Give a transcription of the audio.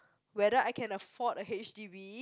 whether I can afford a H_D_B